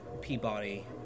Peabody